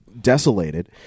desolated